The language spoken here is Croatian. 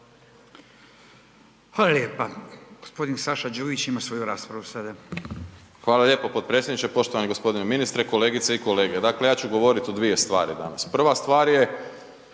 Hvala lijepa. Gospodin Saša Đujić ima svoju raspravu sada. **Đujić, Saša (SDP)** Hvala lijepo potpredsjedniče, poštovani gospodine ministre, kolegice i kolege. Dakle ja ću govorit o dvije stvari danas. Prva stvar je